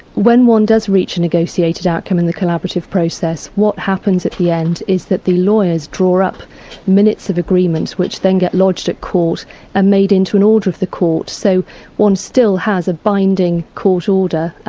when one does reach a negotiated outcome in the collaborative process, what happens at the end is that the lawyers draw up minutes of agreements which then get lodged at court and made into an order of the court. so one still has a binding court order,